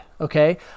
okay